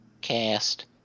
cast